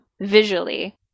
visually